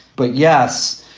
but, yes,